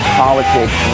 politics